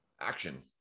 action